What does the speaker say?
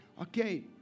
Okay